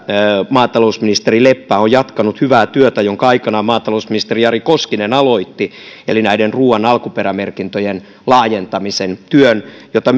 maatalousministeri leppä on jatkanut hyvää työtä jonka aikanaan maatalousministeri jari koskinen aloitti eli näiden ruuan alkuperämerkintöjen laajentamisen työn jota